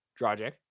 Dragic